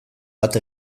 bat